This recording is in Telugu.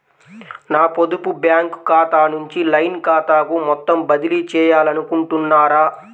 నా పొదుపు బ్యాంకు ఖాతా నుంచి లైన్ ఖాతాకు మొత్తం బదిలీ చేయాలనుకుంటున్నారా?